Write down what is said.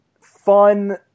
fun –